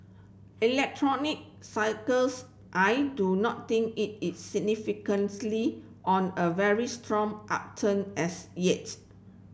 electronic cycles I do not think it is significantly on a very strong upturn as yet